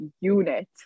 unit